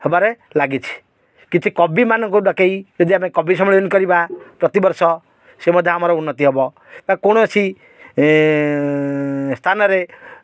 ହେବାରେ ଲାଗିଛି କିଛି କବିମାନଙ୍କୁ ଡକେଇ ଯଦି ଆମେ କବି ସମ୍ମିଳନୀ କରିବା ପ୍ରତିବର୍ଷ ସେ ମଧ୍ୟ ଆମର ଉନ୍ନତି ହେବ ବା କୌଣସି ସ୍ଥାନରେ